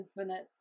infinite